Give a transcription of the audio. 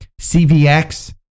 CVX